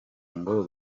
ngo